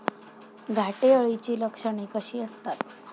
घाटे अळीची लक्षणे कशी असतात?